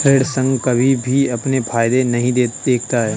ऋण संघ कभी भी अपने फायदे नहीं देखता है